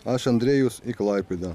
aš andrejus į klaipėdą